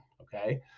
okay